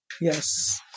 Yes